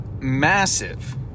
massive